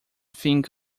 think